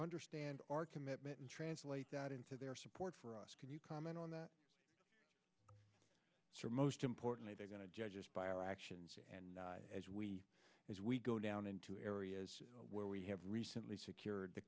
understand our commitment and translate that into their support for us can you comment on that most importantly they're going to judge us by our actions and as we as we go down into areas where we have recently secured the